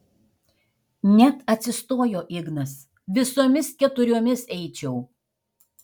net atsistojo ignas visomis keturiomis eičiau